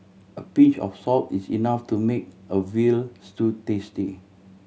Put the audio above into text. a pinch of salt is enough to make a veal stew tasty